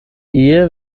ehe